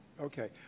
Okay